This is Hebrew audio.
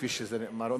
כפי שזה נאמר,